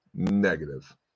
Negative